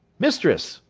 mistress